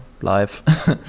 life